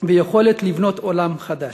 ויכולת לבנות עולם חדש.